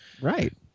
Right